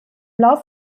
lauf